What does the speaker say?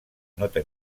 nota